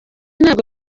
ntabwo